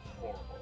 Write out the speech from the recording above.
horrible